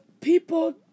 people